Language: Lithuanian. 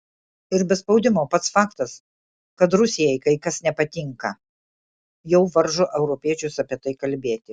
ir be spaudimo pats faktas kad rusijai kai kas nepatinka jau varžo europiečius apie tai kalbėti